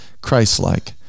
Christ-like